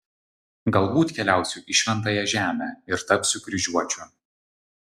galbūt keliausiu į šventąją žemę ir tapsiu kryžiuočiu